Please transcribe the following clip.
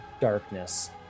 darkness